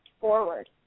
forward